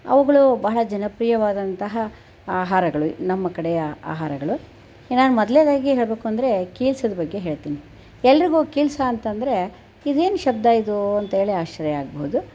ಅವುಗಳು ಬಹಳ ಜನಪ್ರಿಯವಾದಂತಹ ಆಹಾರಗಳು ನಮ್ಮ ಕಡೆಯ ಆಹಾರಗಳು ಇನ್ನು ಮೊದಲ್ನೇದಾಗಿ ಹೇಳಬೇಕು ಅಂದರೆ ಕೀಲ್ಸದ ಬಗ್ಗೆ ಹೇಳ್ತೀನಿ ಎಲ್ರಿಗೂ ಕೀಲ್ಸಾ ಅಂತಂದರೆ ಏನು ಶಬ್ದ ಇದು ಅಂಥೇಳಿ ಆಶ್ರಯ ಆಗ್ಬೋದು